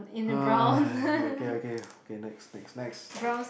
!haiya! okay okay okay next next next